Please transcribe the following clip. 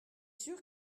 sûr